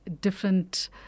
different